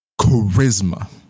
charisma